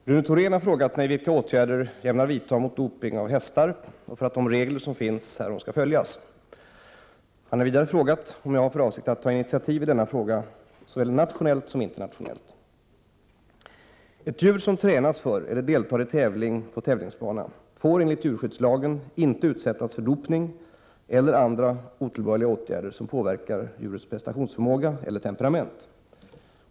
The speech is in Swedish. Herr talman! Rune Thorén har frågat mig vilka åtgärder jag ämnar vidta mot dopning av hästar och för att de regler som finns härom skall följas. Han har vidare frågat om jag har för avsikt att ta initiativ i denna fråga såväl nationellt som internationellt. Ett djur som tränas för eller deltar i tävling på tävlingsbana får enligt djurskyddslagen inte utsättas för dopning eller andra otillbörliga åtgärder som påverkar djurets prestationsförmåga eller temperament.